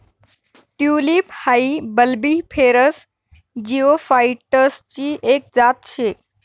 tulip हाई bulbiferous जिओफाइटसची एक जात शे